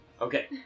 Okay